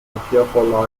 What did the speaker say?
papiervorlage